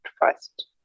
first